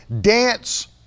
dance